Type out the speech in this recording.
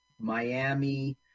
Miami